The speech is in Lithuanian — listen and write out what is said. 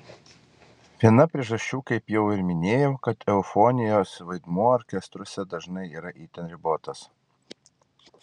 viena priežasčių kaip jau ir minėjau kad eufonijos vaidmuo orkestruose dažnai yra itin ribotas